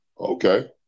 Okay